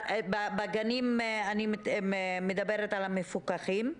בגנים, אני מדברת על המפוקחים.